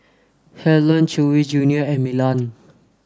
Helen Chewy junior and Milan